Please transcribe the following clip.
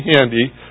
handy